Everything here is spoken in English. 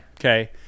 Okay